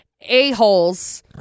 A-holes